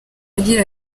agira